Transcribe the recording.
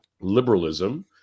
liberalism